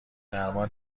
درمان